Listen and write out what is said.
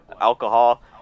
alcohol